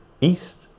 east